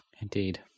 Indeed